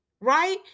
right